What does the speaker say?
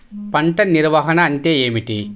పంట నిర్వాహణ అంటే ఏమిటి?